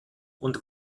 und